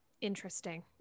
Interesting